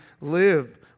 live